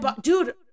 dude